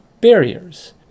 barriers